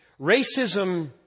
Racism